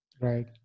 Right